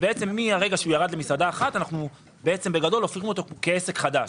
מרגע שהוא ירד למסעדה אחת אנחנו בגדול הופכים אותו להיות כעסק חדש,